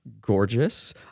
Gorgeous